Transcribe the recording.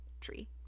tree